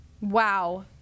wow